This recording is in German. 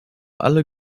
alle